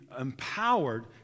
empowered